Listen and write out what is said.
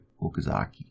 Okazaki